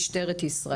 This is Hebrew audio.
משטרת ישראל.